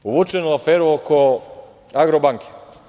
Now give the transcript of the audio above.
Uvučen u aferu oko „Agrobanke“